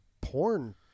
porn